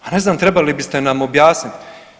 Ja ne znam, trebali biste nam objasniti.